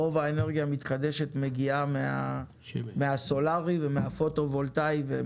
רוב האנרגיה המתחדשת מגיעה מהסולארי ומהפוטו וולטאי.